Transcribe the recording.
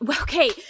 Okay